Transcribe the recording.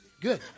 good